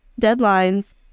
deadlines